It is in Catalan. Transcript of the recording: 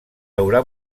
haurà